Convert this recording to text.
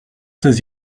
ses